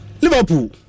Liverpool